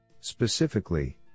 Specifically